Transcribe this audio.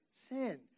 sin